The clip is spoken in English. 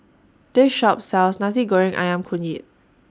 This Shop sells Nasi Goreng Ayam Kunyit